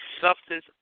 substance